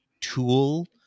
tool